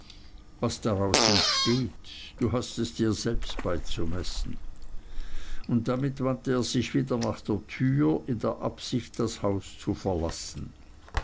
was daraus entsteht du hast es dir selbst beizumessen und damit wandte er sich wieder nach der tür in der absicht das haus zu verlassen